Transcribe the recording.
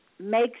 makes